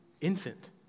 infant